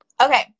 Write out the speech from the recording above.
Okay